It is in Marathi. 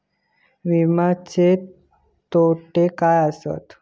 विमाचे तोटे काय आसत?